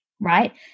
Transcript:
right